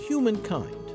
Humankind